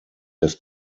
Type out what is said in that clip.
des